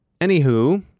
Anywho